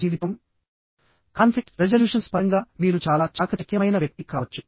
జీవితం లో conflict resolutions conflict resolutions పరంగా మీరు చాలా చాకచక్యమైన వ్యక్తి కావచ్చు